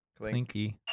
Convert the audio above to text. Clinky